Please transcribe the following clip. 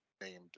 named